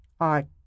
art